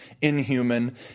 inhuman